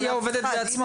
היא העובדת בעצמה.